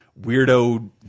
weirdo